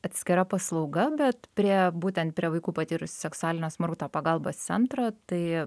atskira paslauga bet prie būtent prie vaikų patyrusių seksualinio smurto pagalbos centro tai